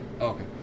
Okay